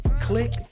click